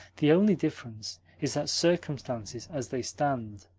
the only difference is that circumstances, as they stand,